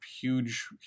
huge